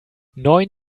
neun